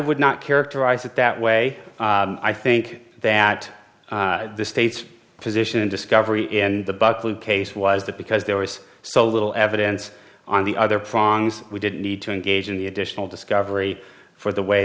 would not characterize it that way i think that the state's position in discovery in the buckley case was that because there was so little evidence on the other prongs we didn't need to engage in the additional discovery for the way